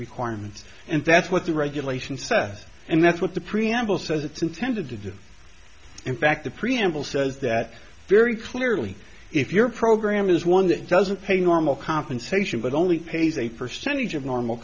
requirements and that's what the regulation said and that's what the preamble says it's intended to do in fact the preamble says that very clearly if your program is one that doesn't pay normal compensation but only pays a percentage of normal